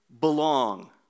belong